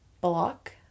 block